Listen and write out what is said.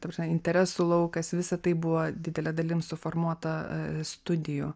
ta prasme interesų laukas visa tai buvo didele dalim suformuota studijų